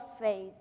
faith